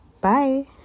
Bye